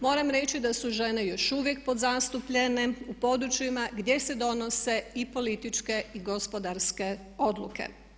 Moram reći da su žene još uvijek podzastupljene u područjima gdje se donose i političke i gospodarske odluke.